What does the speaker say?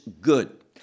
good